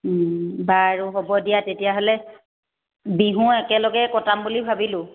বাৰু হ'ব দিয়া তেতিয়াহ'লে বিহু একেলগে কটাম বুলি ভাবিলোঁ